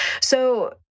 So-